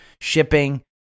shipping